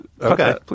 Okay